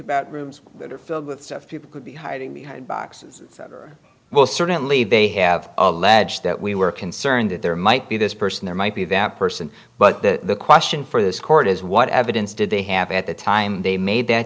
about rooms that are filled with people could be hiding behind boxes well certainly they have alleged that we were concerned that there might be this person there might be that person but the question for this court is what evidence did they have at the time they made that